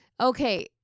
Okay